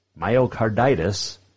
Myocarditis